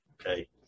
okay